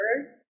first